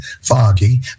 foggy